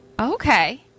Okay